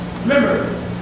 Remember